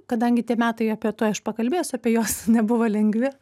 kadangi tie metai apie tuoj aš pakalbėsiu apie juos nebuvo lengvi